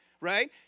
right